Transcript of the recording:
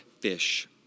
fish